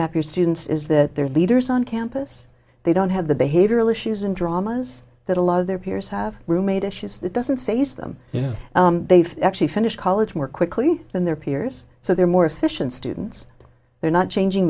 year students is that they're leaders on campus they don't have the behavioral issues and dramas that a lot of their peers have roommate issues that doesn't faze them you know they've actually finish college more quickly than their peers so they're more efficient students they're not changing